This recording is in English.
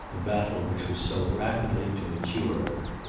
a battle which was so rapidly to mature her.